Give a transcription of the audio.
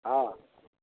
हँ